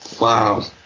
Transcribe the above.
Wow